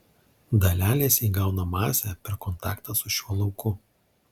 dalelės įgauna masę per kontaktą su šiuo lauku